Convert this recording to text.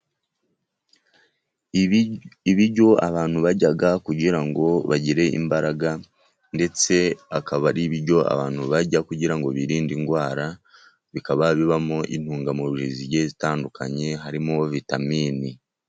Ibiryo abantu barya kugira ngo bagire imbaraga ndetse akaba ari ibiryo abantu barya, kugira ngo birinde indwara, bikaba bibamo intungamubiri zigiye zitandukanye harimo vitamini.